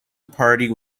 party